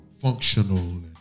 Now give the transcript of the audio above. functional